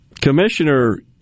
Commissioner